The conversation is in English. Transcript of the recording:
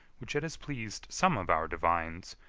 which it has pleased some of our divines,